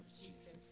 Jesus